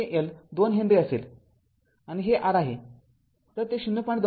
तर ते L२ हेनरी असेल आणि हे R आहे तर ते ०